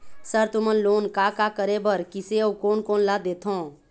Sir तुमन loan का का करें बर, किसे अउ कोन कोन ला देथों?